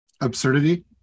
absurdity